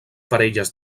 parelles